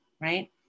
right